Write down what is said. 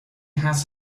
has